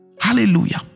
Hallelujah